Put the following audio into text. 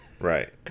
Right